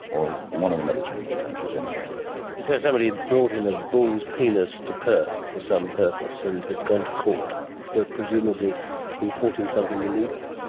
or one of the mediterranean countries anyway. so somebody had brought in a bull's penis to perth for some purpose and had gone to court for presumably importing something illegal?